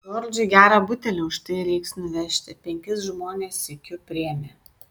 džordžui gerą butelį už tai reiks nuvežti penkis žmones sykiu priėmė